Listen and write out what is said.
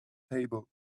table